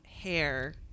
hair